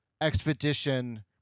expedition